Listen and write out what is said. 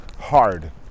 hard